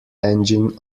engine